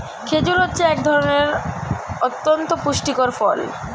খেজুর হচ্ছে এক ধরনের অতন্ত পুষ্টিকর ফল